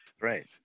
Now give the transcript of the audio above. right